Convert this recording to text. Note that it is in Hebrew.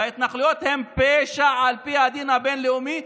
וההתנחלויות הן פשע על פי הדין הבין-לאומי,